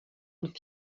une